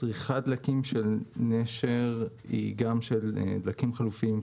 צריכת הדלקים של נשר היא גם של דלקים חלופיים,